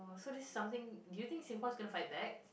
so this something do you think Singapore is going to fight back